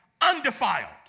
undefiled